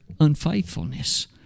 unfaithfulness